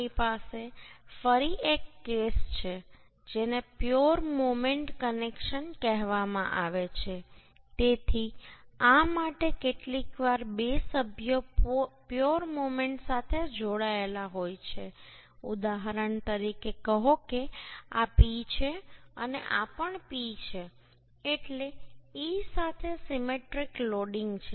આપણી પાસે ફરી એક કેસ છે જેને પ્યોર મોમેન્ટ કનેક્શન કહેવામાં આવે છે તેથી આ માટે કેટલીકવાર બે સભ્યો પ્યોર મોમેન્ટ સાથે જોડાયેલા હોય છે ઉદાહરણ તરીકે કહો કે આ P છે અને આ પણ P છે એટલે e સાથે સિમેટ્રિક લોડિંગ છે